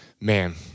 man